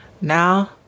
Now